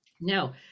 Now